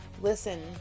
Listen